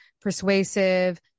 persuasive